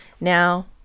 Now